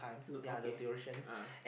uh okay ah